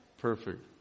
Perfect